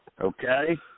Okay